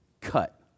cut